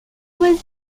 was